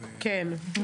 כן.